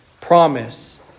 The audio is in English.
promise